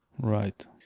right